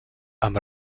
amb